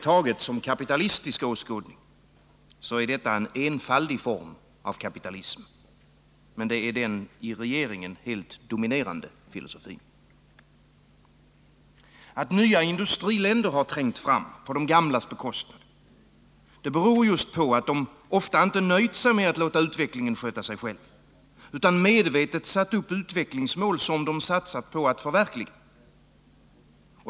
taget som kapitalistisk åskådning är det en enfaldig form av kapitalism. Men det är den i regeringen helt dominerande filosofin. Att nya industriländer trängt fram på de gamlas bekostnad beror just på att de ofta inte nöjt sig med att låta utvecklingen sköta sig själv utan medvetet satt upp utvecklingsmål som de satsat på att förverkliga.